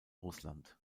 russland